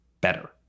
better